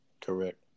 Correct